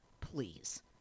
please